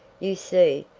you see,